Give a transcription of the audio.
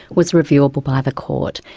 was reviewable by the court.